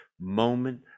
moment